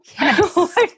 yes